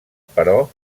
però